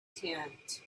tent